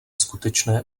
skutečné